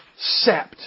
sept